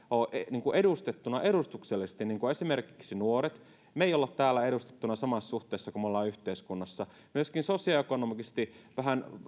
ole edustettuina edustuksellisesti niin kuin esimerkiksi nuorille me emme ole täällä edustettuina samassa suhteessa kuin me olemme yhteiskunnassa myöskin sosioekonomisesti vähän